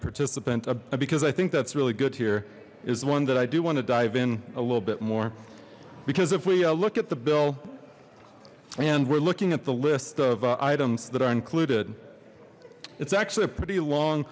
participant because i think that's really good here is one that i do want to dive in a little bit more because if we look at the bill and we're looking at the list of items that are included it's actually a pretty long